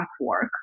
work